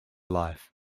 life